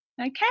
okay